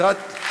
Welcome.